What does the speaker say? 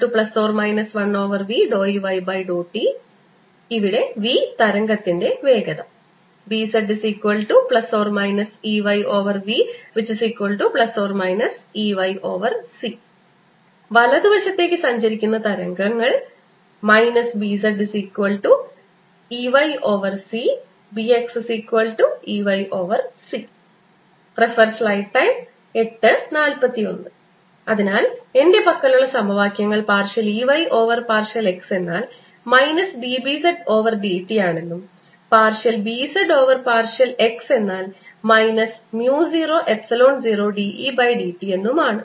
Ey∂x Bz∂t±1vEy∂tvതരംഗത്തിന്റെ വേഗത Bz±Eyv±Eyc വലതുവശത്തേക്ക് സഞ്ചരിക്കുന്ന തരംഗങ്ങൾ BzEyc BxEyc അതിനാൽ എന്റെ പക്കലുള്ള സമവാക്യങ്ങൾ partial E y over partial x എന്നാൽ minus d B z over d t ആണെന്നും partial B z over partial x എന്നാൽ minus mu 0 epsilon 0 d E by d t എന്നുമാണ്